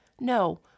No